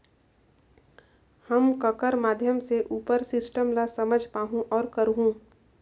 हम ककर माध्यम से उपर सिस्टम ला समझ पाहुं और करहूं?